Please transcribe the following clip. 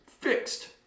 fixed